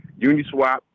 Uniswap